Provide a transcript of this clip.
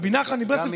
רבי נחמן מברסלב.